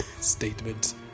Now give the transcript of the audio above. statement